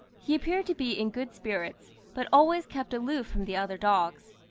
he appeared to be in good spirits, but always kept aloof from the other dogs.